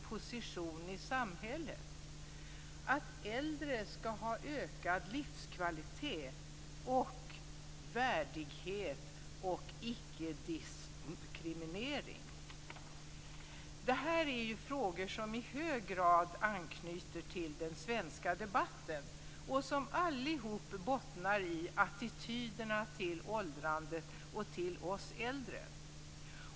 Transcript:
Dessa teman är: · Äldre skall ha en säker position i samhället Detta är ju frågor som i hög grad anknyter till den svenska debatten och som allihop bottnar i attityderna till åldrandet och till oss äldre.